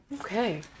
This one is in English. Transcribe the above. Okay